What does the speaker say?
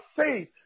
faith